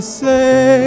say